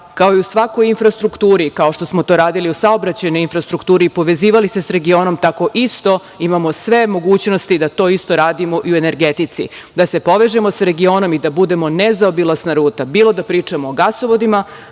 kao i u svakoj infrastrukturi kao što smo to radili u saobraćajnoj infrastrukturi, povezivali se sa regionom tako isto imamo sve mogućnosti da to isto radimo i u energetici. Da se povežemo sa regionom i da budemo nezaobilazna ruta, bilo da pričamo o gasovodima,